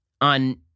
on